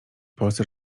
polsce